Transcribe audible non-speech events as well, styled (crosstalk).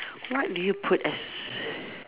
what do you put as s~ (breath)